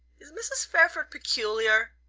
is mrs. fairford peculiar?